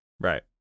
Right